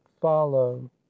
follow